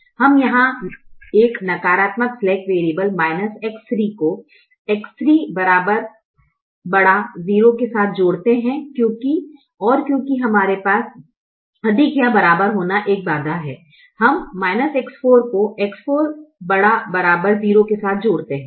हम यहाँ एक नकारात्मक स्लैक वेरियब्ल X3 को X3 ≥ 0 के साथ जोड़ते हैं और क्योंकि हमारे पास अधिक या बराबर होना एक बाधा है हम -X4 को X4 ≥ 0 के साथ जोड़ते हैं